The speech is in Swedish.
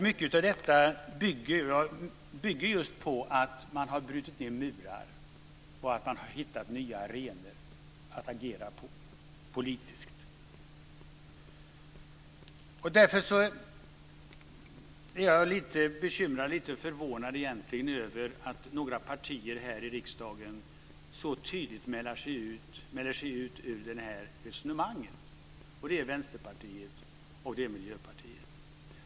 Mycket av detta bygger just på att man har brutit ned murar och hittat nya arenor att agera på politiskt. Därför är jag lite bekymrad och egentligen lite förvånad över att några partier här i riksdagen så tydligt mäler sig ut ur det resonemanget. Det är Vänsterpartiet och Miljöpartiet.